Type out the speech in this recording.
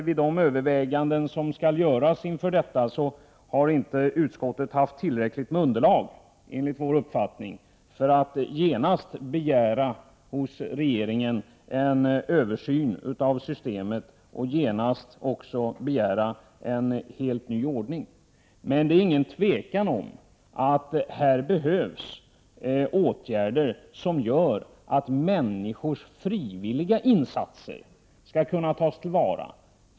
Vid de överväganden som skall göras i detta sammanhang har utskottet, enligt vår uppfattning, inte haft ett tillräckligt underlag för att genast hos regeringen begära en översyn av systemet och en helt ny ordning. Det råder inget tvivel om att det behövs åtgärder som gör att människors frivilliga insatser kan tas till vara.